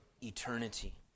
eternity